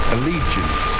Allegiance